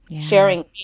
sharing